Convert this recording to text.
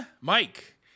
Mike